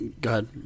God